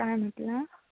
काय म्हटलं